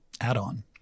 add-on